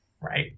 Right